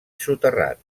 soterrat